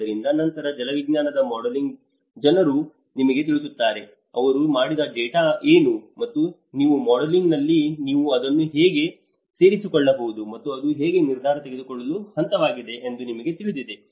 ಆದ್ದರಿಂದ ನಂತರ ಜಲವಿಜ್ಞಾನದ ಮಾಡೆಲಿಂಗ್ ಜನರು ಜನರು ನಿಮಗೆ ತಿಳಿಸುತ್ತಾರೆ ಅವರು ಮಾಡಿದ ಡೇಟಾ ಏನು ಮತ್ತು ನಿಮ್ಮ ಮಾಡೆಲಿಂಗ್ನಲ್ಲಿ ನೀವು ಅದನ್ನು ಹೇಗೆ ಸೇರಿಸಿಕೊಳ್ಳಬಹುದು ಮತ್ತು ಅದು ಹೇಗೆ ನಿರ್ಧಾರ ತೆಗೆದುಕೊಳ್ಳುವ ಹಂತವಾಗಿದೆ ಎಂದು ನಿಮಗೆ ತಿಳಿದಿದೆ